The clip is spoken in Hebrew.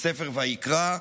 בספר ויקרא: